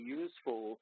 useful